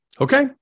Okay